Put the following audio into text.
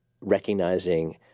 recognizing